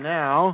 now